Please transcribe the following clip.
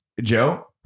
Joe